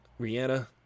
Rihanna